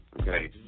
Okay